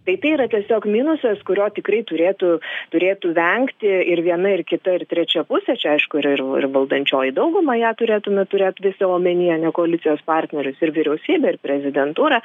tai tai yra tiesiog minusas kurio tikrai turėtų turėtų vengti ir viena ir kita ir trečia pusė čia aišku yra ir ir valdančioji dauguma ją turėtume turėt visi omenyje ne koalicijos partnerius ir vyriausybę ir prezidentūrą